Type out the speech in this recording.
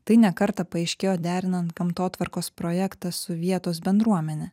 tai ne kartą paaiškėjo derinant gamtotvarkos projektą su vietos bendruomene